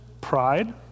pride